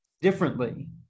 differently